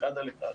אחד על אחד,